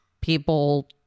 people